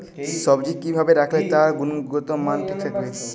সবজি কি ভাবে রাখলে তার গুনগতমান ঠিক থাকবে?